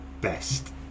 best